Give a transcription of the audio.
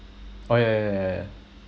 oh yeah yeah yeah yeah yeah